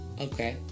Okay